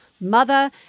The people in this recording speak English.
Mother